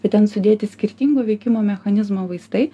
bet ten sudėti skirtingo veikimo mechanizmo vaistai